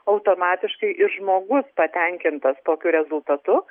automatiškai ir žmogus patenkintas tokiu rezultatu